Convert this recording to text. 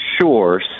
Sure